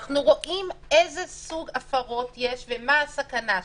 אנחנו רואים איזה סוג הפרות יש ומה הסכנה שבהן.